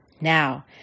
Now